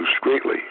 greatly